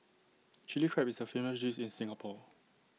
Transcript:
Chilli Crab is A famous dish in Singapore